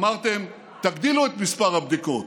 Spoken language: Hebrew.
אמרתם: תגדילו את מספר הבדיקות,